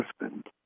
husband